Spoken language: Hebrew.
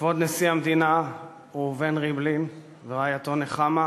כבוד נשיא המדינה ראובן ריבלין ורעייתו נחמה,